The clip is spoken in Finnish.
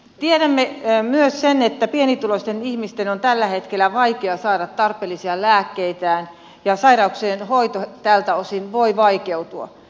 tiedämme myös sen että pienituloisten ihmisten on tällä hetkellä vaikea saada tarpeellisia lääkkeitään ja sairauksien hoito tältä osin voi vaikeutua